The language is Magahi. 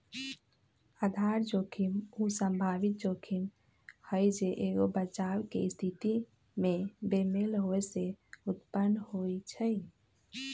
आधार जोखिम उ संभावित जोखिम हइ जे एगो बचाव के स्थिति में बेमेल होय से उत्पन्न होइ छइ